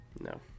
No